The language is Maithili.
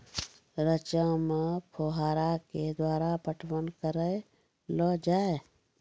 रचा मे फोहारा के द्वारा पटवन करऽ लो जाय?